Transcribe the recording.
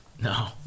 No